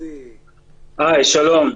שלום.